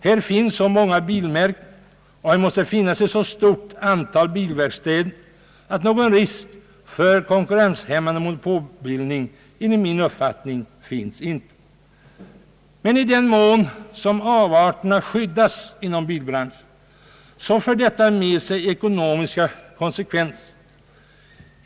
Det finns så många bilmärken, och det måste finnas ett så stort antal bilverkstäder att någon risk för en konkurrenshämmande monopolbildning enligt min uppfattning inte föreligger. I den mån avarterna skyddas inom bilbranschen uppstår ekonomiska konsekvenser.